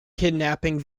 kidnapping